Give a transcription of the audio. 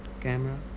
Camera